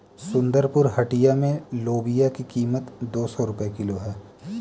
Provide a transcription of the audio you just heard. सुंदरपुर हटिया में लोबिया की कीमत दो सौ रुपए किलो है